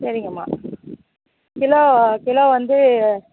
சரிங்கம்மா kilo kilo வந்து